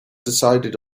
decided